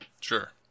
Sure